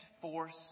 force